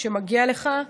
שמגיע לך,